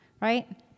right